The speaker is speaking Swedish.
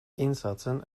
insatsen